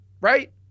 right